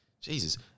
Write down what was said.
Jesus